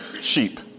sheep